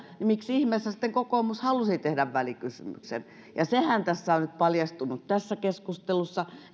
niin miksi ihmeessä sitten kokoomus halusi tehdä välikysymyksen sehän on nyt paljastunut tässä keskustelussa